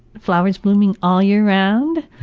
flowers blooming all year around.